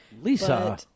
Lisa